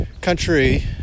country